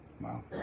Wow